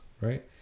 right